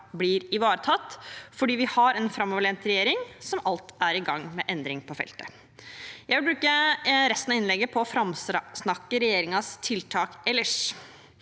blir ivaretatt, for vi har en framoverlent regjering som alt er i gang med endring på feltet. Jeg vil bruke resten av innlegget på å framsnakke regjeringens tiltak ellers.